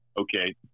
Okay